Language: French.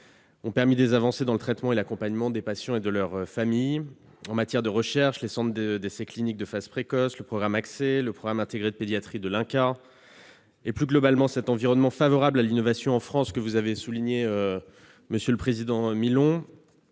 ont permis des avancées dans le traitement et l'accompagnement des patients et de leurs familles. En matière de recherche, les centres d'essais cliniques de phase précoce, le programme AcSé- accès sécurisé à des thérapies ciblées innovantes -, le programme intégré de pédiatrie de l'INCa et, plus globalement, cet environnement favorable à l'innovation en France, comme vous l'avez souligné, monsieur le président Milon,